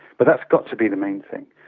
but that's got to be the main thing.